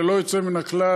ללא יוצא מן הכלל,